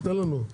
תן לנו,